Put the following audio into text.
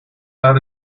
add